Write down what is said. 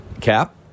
Cap